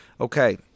Okay